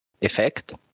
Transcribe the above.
effect